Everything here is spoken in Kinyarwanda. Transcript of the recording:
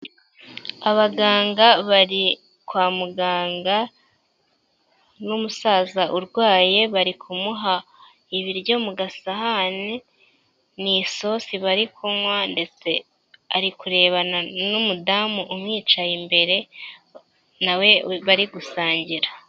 Abaganga bari kwa muganga, n'umusaza urwaye bari kumuha ibiryo mu gasahane, ni isosi bari kunywa, ndetse ari kurebana n'umudamu umwicaye imbere nawe bari gusangira.